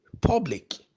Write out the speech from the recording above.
public